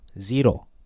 Zero